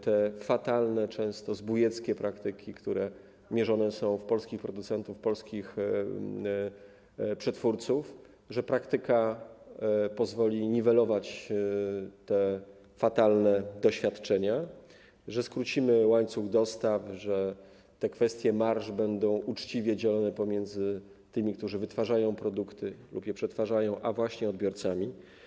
te fatalne, często zbójeckie praktyki, które wymierzone są w polskich producentów, w polskich przetwórców, że praktyka pozwoli niwelować te fatalne doświadczenia, że skrócimy łańcuchy dostaw, że kwestie marży będą uczciwie dzielone pomiędzy tymi, którzy wytwarzają lub przetwarzają produkty, a właśnie odbiorcami.